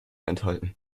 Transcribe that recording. enthalten